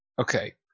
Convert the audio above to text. Okay